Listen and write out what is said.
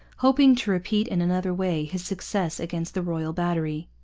hoping to repeat in another way his success against the royal battery.